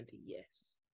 yes